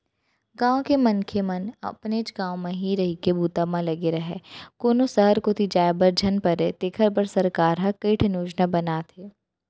गाँव के मनखे मन अपनेच गाँव म ही रहिके बूता म लगे राहय, कोनो सहर कोती जाय बर झन परय तेखर बर सरकार ह कइठन योजना बनाथे